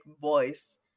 voice